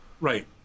Right